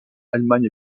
allemagne